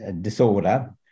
disorder